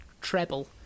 treble